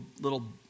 little